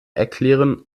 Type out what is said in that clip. erklären